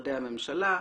משרדי הממשלה,